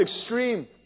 extreme